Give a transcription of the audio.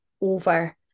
over